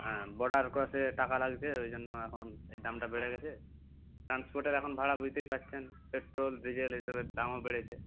হ্যাঁ বর্ডার ক্রসে টাকা লাগছে ওই জন্য এখন দামটা বেড়ে গেছে ট্রান্সপোর্টের এখন ভাড়া বুঝতেই পারছেন পেট্রল ডিজেল এসবের দামও বেড়েছে